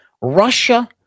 russia